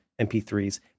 MP3s